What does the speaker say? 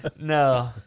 No